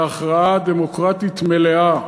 בהכרעה דמוקרטית מלאה,